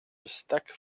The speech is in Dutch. bestek